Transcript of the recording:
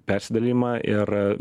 persidalijimą ir